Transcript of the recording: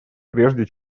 прежде